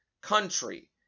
country